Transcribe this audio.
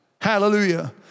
Hallelujah